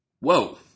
Whoa